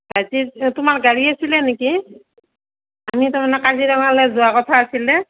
তোমাৰ গাড়ী আছিলে নেকি আমি তাৰমানে কাজিৰঙালৈ যোৱা কথা আছিল